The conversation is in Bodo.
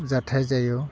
जाथाय जायो